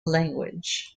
language